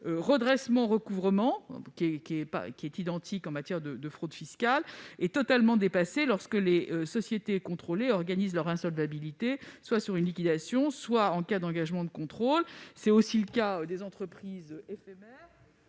redressement-recouvrement, qui est identique en matière de fraude fiscale, est totalement dépassé lorsque les sociétés contrôlées organisent leur insolvabilité soit sur une liquidation soit en cas d'engagement de contrôle. C'est aussi le cas des entreprises éphémères.